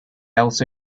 also